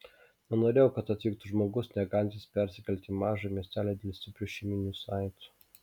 nenorėjau kad atvyktų žmogus negalintis persikelti į mažą miestelį dėl stiprių šeiminių saitų